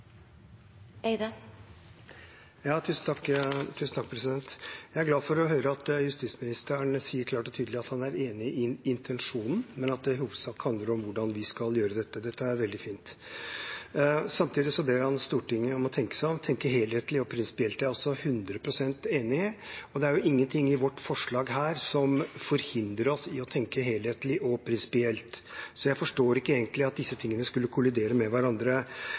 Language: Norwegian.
enig i intensjonen, men at det i hovedsak handler om hvordan de skal gjøre dette. Dette er veldig fint. Samtidig ber han Stortinget om å tenke seg om, tenke helhetlig og prinsipielt. Det er jeg også 100 pst. enig i. Det er vel ingenting i vårt forslag som hindrer oss i å tenke helhetlig og prinsipielt, så jeg forstår egentlig ikke at disse tingene skulle kollidere med hverandre.